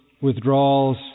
withdrawals